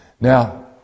Now